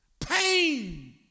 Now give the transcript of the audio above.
pain